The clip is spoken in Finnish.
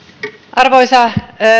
arvoisa